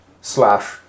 Slash